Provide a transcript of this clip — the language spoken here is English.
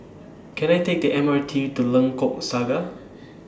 Can I Take The M R T to Lengkok Saga